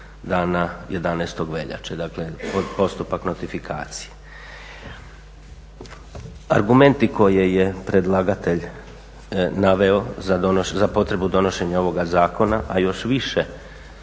dana 11. veljače, dakle postupak notifikacije. Argumenti koje je predlagatelj naveo za potrebu donošenja ovoga zakona, a još više